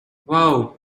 wow